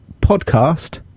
podcast